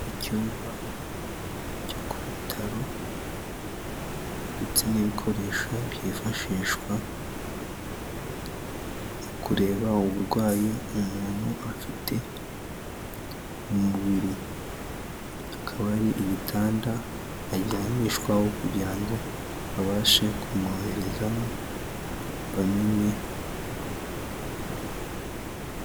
Icyumba cyo ku bitaro ndetse n'ibikoresho byifashishwa mu kureba uburwayi umuntu afite mu mubiri, akaba ari igitanda aryamishwaho, kugira ngo babashe kumwoherezamo bamenye.